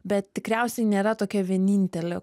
bet tikriausiai nėra tokia vienintelė